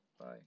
bye